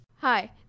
Hi